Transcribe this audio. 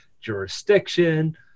jurisdiction